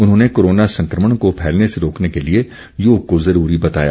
उन्होंने कोरोना संक्रमण को फैलने से रोकने के लिए योग को जरूरी बताया